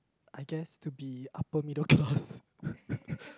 I guess to be upper middle class